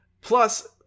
Plus